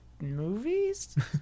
movies